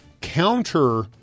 counter